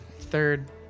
Third